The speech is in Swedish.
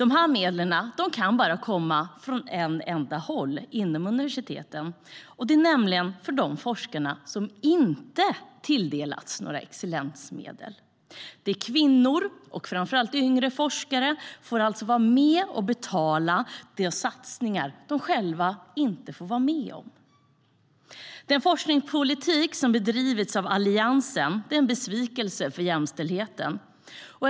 Dessa medel kan bara komma från ett enda håll inom universiteten, nämligen från de forskare som inte har tilldelats några excellensmedel. Kvinnor och framför allt yngre forskare får alltså vara med och betala de satsningar de själva inte får vara med om. Den forskningspolitik som har bedrivits av Alliansen är en besvikelse för jämställdheten.